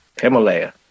Himalaya